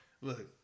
look